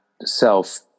self